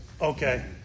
Okay